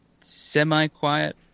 semi-quiet